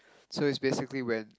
so it's basically when